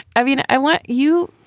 i mean, i want you.